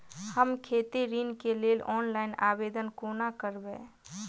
हम खेती ऋण केँ लेल ऑनलाइन आवेदन कोना करबै?